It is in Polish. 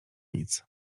nic